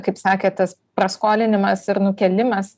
kaip sakė tas praskolinimas ir nukėlimas